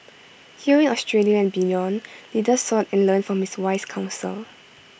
here in Australia and beyond leaders sought and learned from his wise counsel